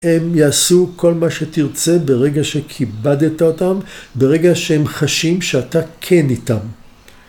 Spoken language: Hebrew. הם יעשו כל מה שתרצה ברגע שכיבדת אותם, ברגע שהם חשים שאתה כן איתם.